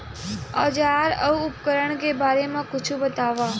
औजार अउ उपकरण के बारे मा कुछु बतावव?